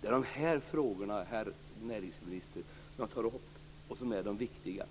Det är de här frågorna, herr näringsminister, som är de viktiga.